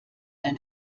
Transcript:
ein